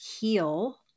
heal